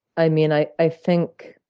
i mean, i i think